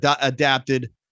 adapted